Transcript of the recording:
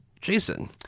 Jason